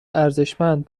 ارزشمند